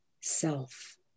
self